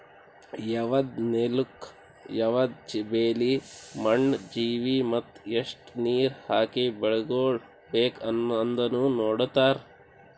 ಯವದ್ ನೆಲುಕ್ ಯವದ್ ಬೆಳಿ, ಮಣ್ಣ, ಜೀವಿ ಮತ್ತ ಎಸ್ಟು ನೀರ ಹಾಕಿ ಬೆಳಿಗೊಳ್ ಬೇಕ್ ಅಂದನು ನೋಡತಾರ್